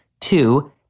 Two